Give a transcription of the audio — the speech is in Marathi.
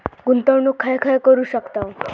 गुंतवणूक खय खय करू शकतव?